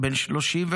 בן 35,